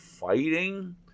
fighting